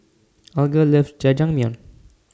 Alger loves Jajangmyeon